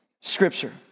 scripture